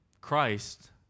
Christ